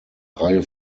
reihe